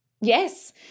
Yes